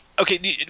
Okay